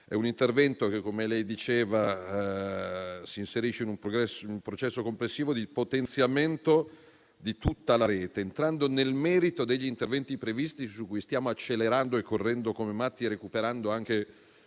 È un intervento che, come diceva lei, si inserisce in un processo complessivo di potenziamento di tutta la rete. Entrando nel merito degli interventi previsti, su cui stiamo accelerando e correndo come matti, recuperando anche